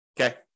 Okay